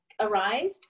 arised